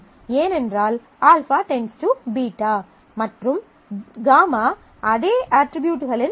ஏனென்றால் α → β மற்றும் γ அதே அட்ரிபியூட்களின் செட்